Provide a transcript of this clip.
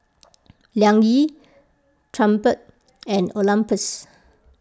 Liang Yi Triumph and Olympus